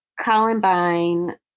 Columbine